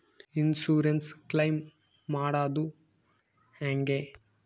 Insurance claim ಮಾಡದು ಹೆಂಗೆ?